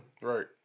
Right